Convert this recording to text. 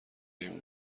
این